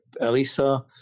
Elisa